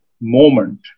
moment